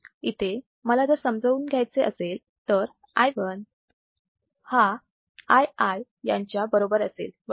इथे मला जर समजून घ्यायचे असेल तर Ii हा I1याच्या बरोबर असेल बरोबर